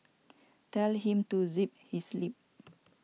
tell him to zip his lip